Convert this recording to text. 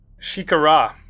Shikara